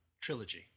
trilogy